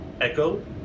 Echo